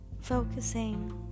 focusing